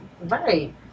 Right